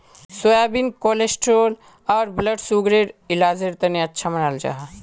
soybean cholesterol आर blood सुगरर इलाजेर तने अच्छा मानाल जाहा